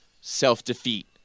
self-defeat